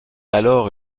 alors